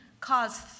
cause